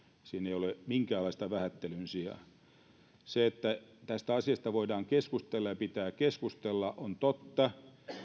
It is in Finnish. siinä ei ole minkäänlaista vähättelyn sijaa se että tästä asiasta voidaan keskustella ja pitää keskustella on totta